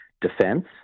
defense